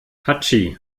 hatschi